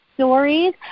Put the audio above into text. Stories